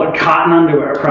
and cotton underwear